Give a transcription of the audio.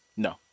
No